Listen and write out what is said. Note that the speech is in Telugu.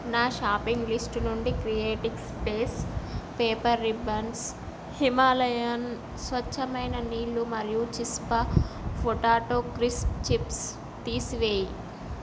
నా షాపింగ్ లిస్ట్ నుండి క్రియేటిక్ స్పేస్ పేపర్ రిబ్బన్స్ హిమాలయన్ స్వచ్చమైన నీళ్ళు మరియు చిస్పా పొటాటో క్రిస్ప్ చిప్స్ తీసివేయి